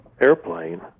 airplane